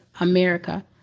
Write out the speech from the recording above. America